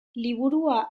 liburua